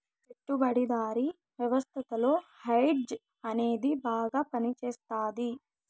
పెట్టుబడిదారీ వ్యవస్థలో హెడ్జ్ అనేది బాగా పనిచేస్తది